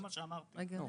אין.